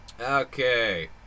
Okay